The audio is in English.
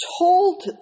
told